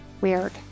weird